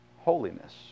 holiness